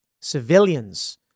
civilians